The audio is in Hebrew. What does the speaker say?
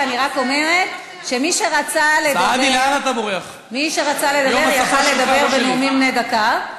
אני רק אומרת שמי שרצה לדבר יכול היה לדבר בנאומים בני דקה.